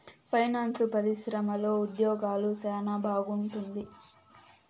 finance పరిశ్రమలో ఉద్యోగాలు సెనా బాగుంటుంది